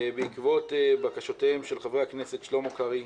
בעקבות בקשותיהם של חברי הכנסת שלמה קרעי,